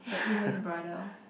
the Yi-Hui's brother